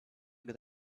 good